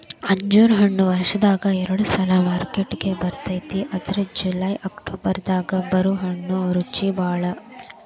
ಅಂಜೂರ ಹಣ್ಣು ವರ್ಷದಾಗ ಎರಡ ಸಲಾ ಮಾರ್ಕೆಟಿಗೆ ಬರ್ತೈತಿ ಅದ್ರಾಗ ಜುಲೈ ಅಕ್ಟೋಬರ್ ದಾಗ ಬರು ಹಣ್ಣು ರುಚಿಬಾಳ